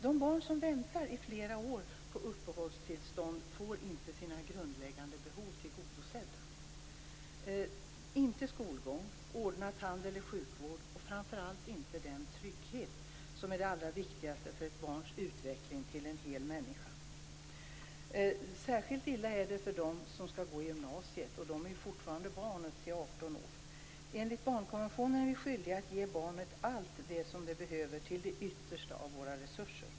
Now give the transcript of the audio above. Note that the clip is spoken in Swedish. De barn som väntar i flera år på uppehållstillstånd, får inte sina grundläggande behov tillgodosedda. De får inte skolgång och inte ordnad tand eller sjukvård. Framför allt får de inte den trygghet som är det allra viktigaste för ett barns utveckling till en hel människa. Särskilt illa är det för dem som skall gå gymnasiet - och de är fortfarande barn upp till 18 år. Enligt barnkonventionen är vi skyldiga att ge barnet allt som det behöver till det yttersta av våra resurser.